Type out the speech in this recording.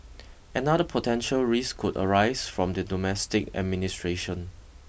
another potential risk could arise from the domestic administration